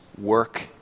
work